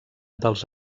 dels